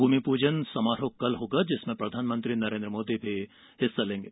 भूमि पूजन समारोह कल होगा जिसमें प्रधानमंत्री नरेन्द्र मोदी हिस्सा लेंगे